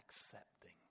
accepting